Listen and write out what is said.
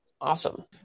awesome